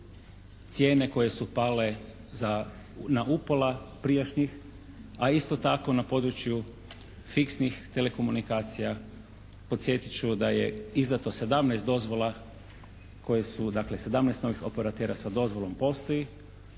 cijene koje su pale za, na u pola prijašnjih, a isto tako na području fiksnih telekomunikacija podsjetit ću da je izdato 17 dozvola koje su, dakle 17 novih operatera sa dozvolom postoji,